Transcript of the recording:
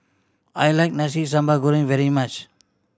I like Nasi Sambal Goreng very much